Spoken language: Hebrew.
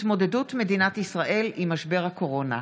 התמודדות מדינת ישראל עם משבר הקורונה.